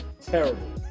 Terrible